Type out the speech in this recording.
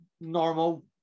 normal